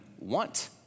want